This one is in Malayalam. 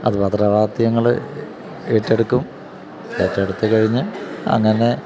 അത് പത്രമാധ്യമങ്ങള് ഏറ്റെടുക്കും ഏറ്റെടുത്തുകഴിഞ്ഞ് അങ്ങനെ